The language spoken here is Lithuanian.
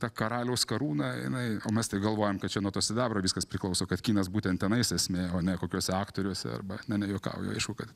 ta karaliaus karūna jinai mes tai galvojom kad čia nuo to sidabro viskas priklauso kad kinas būtent tenais esmė o ne kokiuose aktoriuose arba ne ne juokauju aišku kad